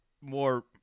more